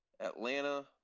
Atlanta